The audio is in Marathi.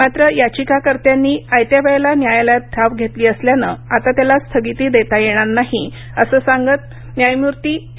मात्र याचिकाकर्त्यांनी आयत्या वेळेला न्यायालयात धाव घेतली असल्यानं आता त्याला स्थगिती देता येणार नाही असं सांगत न्यायमूर्ती ए